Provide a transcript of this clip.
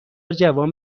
جوان